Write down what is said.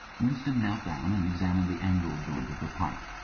winston knelt down and examined the angle-joint of the pipe.